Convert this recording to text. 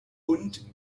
und